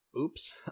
oops